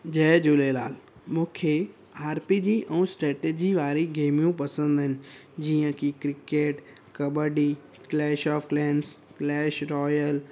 जय झूलेलाल मूंखे R P G ऐं strategy वारी गेमियूं पसंदि आहिनि जीअं की cricket kabaddi Clash of Clans Clash royal